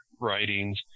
writings